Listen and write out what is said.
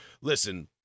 Listen